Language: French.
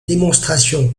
démonstrations